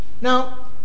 Now